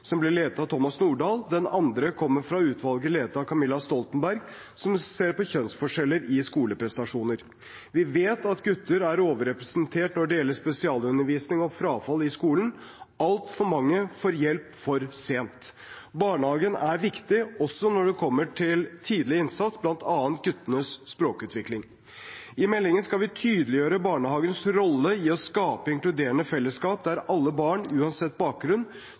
som ble ledet av Thomas Nordahl. Den andre kommer fra utvalget ledet av Camilla Stoltenberg, som ser på kjønnsforskjeller i skoleprestasjoner. Vi vet at gutter er overrepresentert når det gjelder spesialundervisning og frafall i skolen. Altfor mange får hjelp for sent. Barnehagen er viktig, også når det kommer til tidlig innsats, bl.a. for guttenes språkutvikling. I meldingen skal vi tydeliggjøre barnehagens rolle i å skape inkluderende fellesskap der alle barn, uansett bakgrunn,